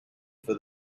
for